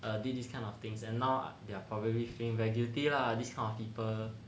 uh did this kind of things and now they're probably think very guilty lah this kind of people